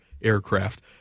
aircraft